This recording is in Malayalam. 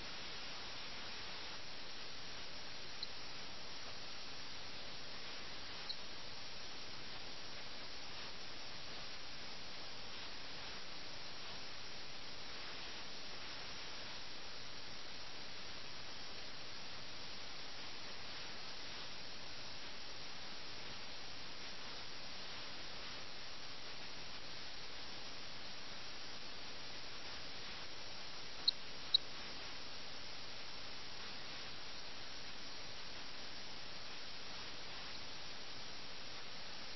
കഥയുടെ അവസാനഭാഗത്തേക്ക് കടക്കുന്നതിന് മുമ്പ് പ്രേംചന്ദ് തന്റെ കഥകളിൽ സ്ഥാപിക്കാൻ ആഗ്രഹിക്കുന്ന മനഃശാസ്ത്രപരമായ ക്ലൈമാക്സിലേക്ക് നോക്കുന്നതിന് മുമ്പ് ഊന്നിപ്പറയേണ്ട ഒരു പ്രധാന കാര്യം എന്ന് പറയുന്നത് ഈ നിർദ്ദിഷ്ട കഥയിലെ ദാസന്മാരുടെയും സന്ദേശവാഹകരുടെയും ഭാര്യമാരുടെയും പങ്കിനെപ്പറ്റിയും നാം ചിന്തിക്കേണ്ടതുണ്ട്